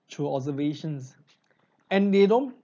through observations and they don't